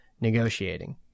negotiating